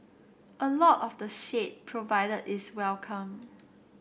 a lot of the shade provided is welcome